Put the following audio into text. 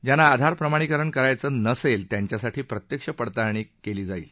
ज्यांना आधार प्रमाणीकरण करायचं नसेल त्यांच्यासाठी प्रत्यक्ष पडताळणी केली जाईल